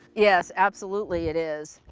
yes, absolutely it is.